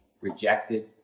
rejected